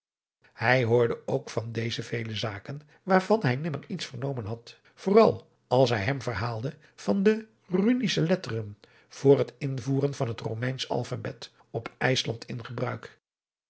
hij hoorde ook van dezen vele zaken waarvan hij nimmer iets vernomen had vooral als hij hem verhaalde van de runische letteren voor het invoeren van het romeinsch alphabeth op ijsland in gebruik